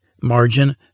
margin